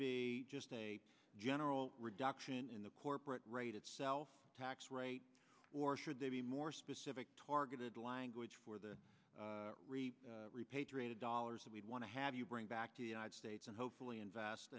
be just a general reduction in the corporate rate itself tax rate or should there be more specific targeted language for the repatriated dollars that we want to have you bring back to the united states and hopefully invest